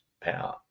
power